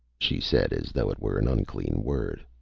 she said, as though it were an unclean word.